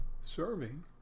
serving